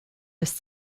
des